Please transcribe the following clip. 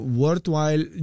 worthwhile